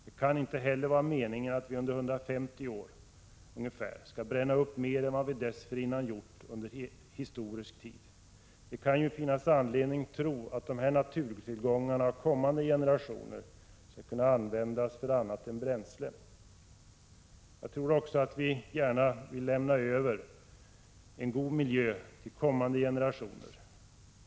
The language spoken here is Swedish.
Det kan inte heller vara meningen att vi under ungefär 150 år skall bränna upp mer än vad vi dessförinnan gjort under historisk tid. Det kan ju finnas anledning tro att dessa naturtillgångar av kommande generationer skall kunna användas till annat än bränsle. Jag tror också att vi gärna vill lämna över en god miljö till kommande generationer.